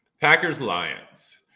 Packers-Lions